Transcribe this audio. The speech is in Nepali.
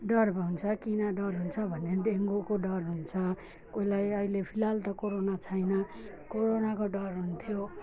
डर हुन्छ किन डर हुन्छ भने डेङ्गुको डर हुन्छ कसलाई अहिले फिलहाल त कोरोना छैन कोरोनाको डर हुन्थ्यो